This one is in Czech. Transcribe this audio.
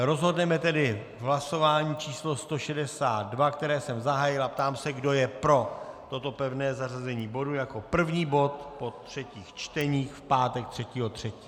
Rozhodneme tedy v hlasování číslo 162, které jsem zahájil, a ptám se kdo je pro toto pevné zařazení bodu jako první bod po třetích čteních v pátek 3. 3.